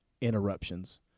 interruptions